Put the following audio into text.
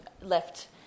left